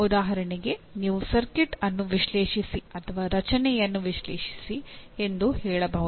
ಉದಾಹರಣೆಗೆ ನೀವು ಸರ್ಕ್ಯೂಟ್ ಅನ್ನು ವಿಶ್ಲೇಷಿಸಿ ಅಥವಾ ರಚನೆಯನ್ನು ವಿಶ್ಲೇಷಿಸಿ ಎಂದು ಹೇಳಬಹುದು